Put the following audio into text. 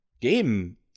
game